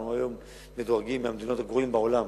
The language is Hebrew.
אנחנו היום מהמדינות הגרועות בעולם